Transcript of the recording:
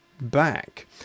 back